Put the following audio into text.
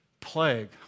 plague